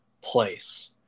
place